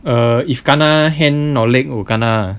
err if kena hand or leg will kena